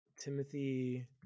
timothy